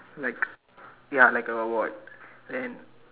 like ya like a award then